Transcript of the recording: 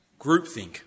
Groupthink